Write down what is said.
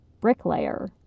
bricklayer